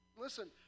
listen